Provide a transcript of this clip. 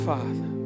Father